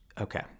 Okay